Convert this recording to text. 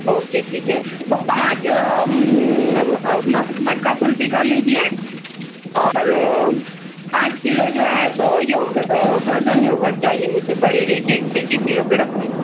okay ٹھیک ہے تو پانچ مٹ مٹکا کلفی کر لیجیے اور پانچ کلو جو ہے تو یوگ پروجن یوگرڈ چاہیے مجھے بڑے ایک ایک ایک ایک کلو کے ڈبے